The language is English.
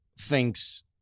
thinks